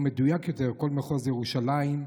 או מדויק יותר כל מחוז ירושלים,